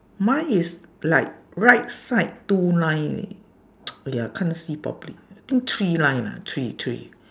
mine is like right side two line leh !aiya! can't see properly I think three line lah three three